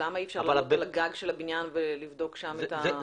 אז למה אי אפשר לעלות על הגג של הבניין ולבדוק שם את כמות החלקיקים?